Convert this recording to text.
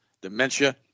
dementia